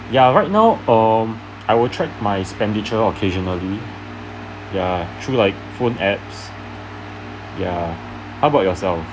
ya right now um I will track my expenditure occasionally ya through like phone apps ya how about yourself